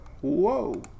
Whoa